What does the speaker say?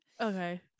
Okay